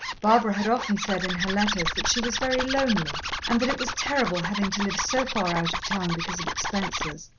barbara had often said in her letters that she was very lonely, and that it was terrible having to live so far out of town because of expenses.